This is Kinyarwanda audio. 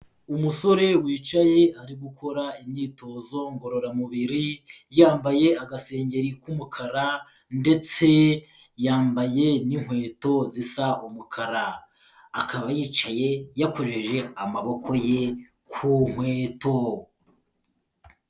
Umusore wicaye ari gukora imyitozo ngororamubiri yambaye agasengengeri k'umukara ndetse yambaye n'inkweto zisa umukara, akaba yicaye yakojeje amaboko ye ku nkweto.